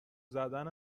زدن